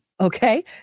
okay